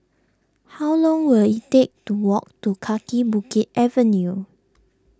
how long will it take to walk to Kaki Bukit Avenue